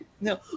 No